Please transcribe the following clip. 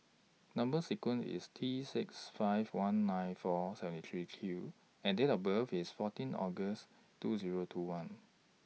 Number sequence IS T six five one nine four seven three Q and Date of birth IS fourteen August two Zero two one